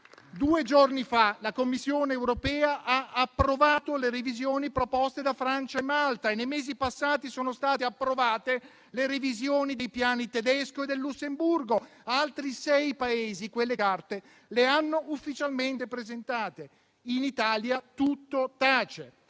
due giorni fa la Commissione europea ha approvato le revisioni proposte da Francia e Malta e nei mesi passati sono state approvate quelle del piano tedesco e di quello del Lussemburgo. Altri sei Paesi quelle carte le hanno ufficialmente presentate. In Italia tutto tace: